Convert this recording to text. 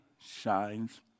shines